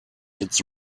its